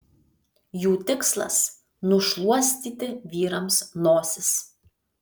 jų tikslas nušluostyti vyrams nosis